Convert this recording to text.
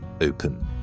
open